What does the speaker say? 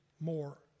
more